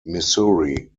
missouri